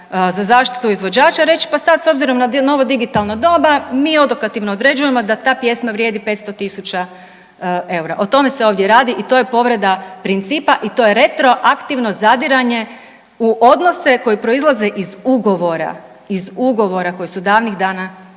za zaštitu izvođača reć pa sad s obzirom na novo digitalno doba, mi odokativno određujemo da ta pjesma vrijedi 500 000 eura. O tome de ovdje radi i to je povreda principa i to je retroaktivno zadiranje u odnose koji proizlaze iz ugovora, iz ugovora koji su davnih dana